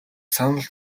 санал